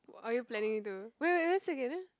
are you planning to wait wait where is it again